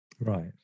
Right